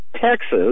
Texas